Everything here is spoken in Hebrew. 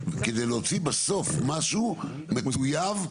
כדי להוציא בסוף משהו מטויב,